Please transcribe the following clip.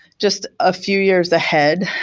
just a few years ahead.